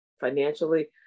financially